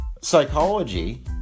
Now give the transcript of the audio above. Psychology